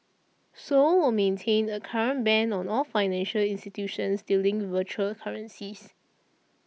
seoul will maintain a current ban on all financial institutions dealing virtual currencies